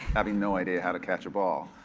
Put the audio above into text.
having no idea how to catch a ball.